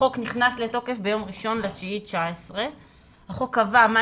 החוק נכנס לתוקף ביום 1 בספטמבר 2019. החוק קבע מה